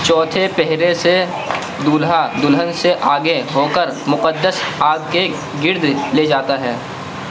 چوتھے پہرے سے دولہا دلہن سے آگے ہو کر مقدس آگ کے گرد لے جاتا ہے